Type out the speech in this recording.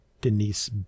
Denise